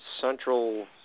central